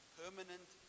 permanent